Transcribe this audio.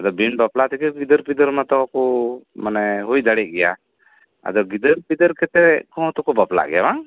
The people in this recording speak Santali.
ᱟᱫᱚ ᱵᱤᱱ ᱵᱟᱯᱞᱟ ᱛᱮᱜᱮ ᱜᱤᱫᱟᱹᱨ ᱯᱤᱫᱟᱹᱨ ᱟᱣᱱᱟ ᱚᱱᱟ ᱛᱚᱠᱚ ᱢᱟᱱᱮ ᱦᱩᱭ ᱫᱟᱲᱮᱜ ᱜᱮᱭᱟ ᱟᱫᱚ ᱜᱤᱫᱟᱹᱨ ᱯᱤᱫᱟᱹᱨ ᱠᱟᱛᱮᱫ ᱦᱚᱸ ᱛᱚᱠᱚ ᱵᱟᱯᱞᱟᱜ ᱜᱮᱭᱟ ᱵᱟᱝ